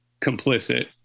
complicit